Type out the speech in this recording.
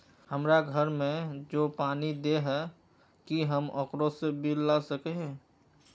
हमरा घर में जे पानी दे है की हम ओकरो से बिल ला सके हिये?